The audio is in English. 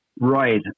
Right